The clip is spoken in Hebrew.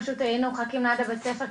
פשוט היינו מחכים ליד בית הספר,